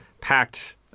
packed